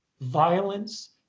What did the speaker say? violence